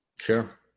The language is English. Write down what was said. Sure